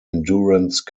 endurance